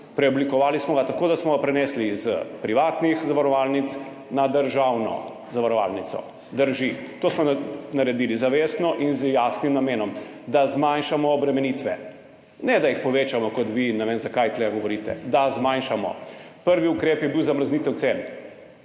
Preoblikovali smo ga tako, da smo ga prenesli iz privatnih zavarovalnic na državno zavarovalnico. Drži, to smo naredili zavestno in z jasnim namenom, da zmanjšamo obremenitve, ne da jih povečamo, kot vi, ne vem zakaj, tukajle govorite. Da jih zmanjšamo. Prvi ukrep je bil zamrznitev cen.